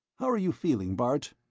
how are you feeling, bart?